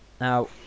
Now